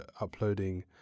uploading